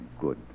good